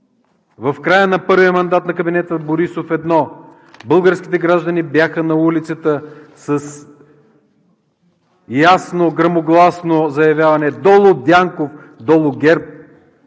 в края на първия мандат на кабинета Борисов 1 българските граждани бяха на улицата с ясно, гръмогласно заявяване: „Долу, Дянков! Долу ГЕРБ!“,